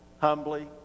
humbly